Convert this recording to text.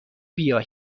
بیای